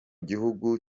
gihugu